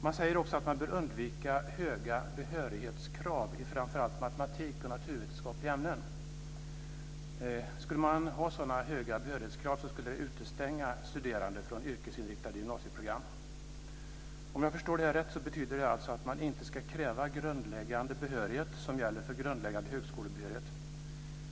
Man säger också att man bör undvika höga behörighetskrav i framför allt matematik och naturvetenskapliga ämnen. Om man skulle ha sådana höga behörighetskrav skulle det utestänga studerande från yrkesinriktade gymnasieprogram. Om jag förstår det här rätt betyder det alltså att man inte ska kräva grundläggande behörighet som gäller för grundläggande högskoleutbildning.